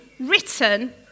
written